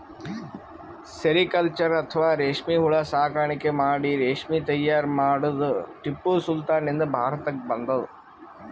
sericulture ಅಥವಾ ರೇಶ್ಮಿ ಹುಳ ಸಾಕಾಣಿಕೆ ಮಾಡಿ ರೇಶ್ಮಿ ತೈಯಾರ್ ಮಾಡದ್ದ್ ಟಿಪ್ಪು ಸುಲ್ತಾನ್ ನಿಂದ್ ಭಾರತಕ್ಕ್ ಬಂದದ್